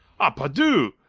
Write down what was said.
ah, pardieu!